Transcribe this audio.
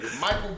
Michael